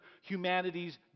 humanity's